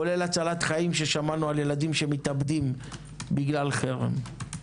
כולל הצלת חיים ששמענו על ילדים שמתאבדים בגלל חרם.